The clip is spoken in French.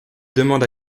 demande